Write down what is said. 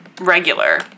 regular